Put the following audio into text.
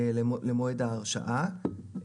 למועד ההרשאה,